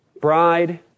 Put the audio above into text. Bride